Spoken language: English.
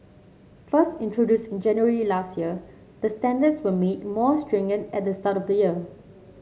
first introduced in January last year the standards were made more stringent at the start of the year